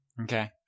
Okay